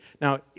Now